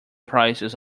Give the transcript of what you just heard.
prices